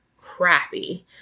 crappy